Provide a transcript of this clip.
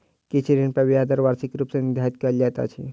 किछ ऋण पर ब्याज दर वार्षिक रूप मे निर्धारित कयल जाइत अछि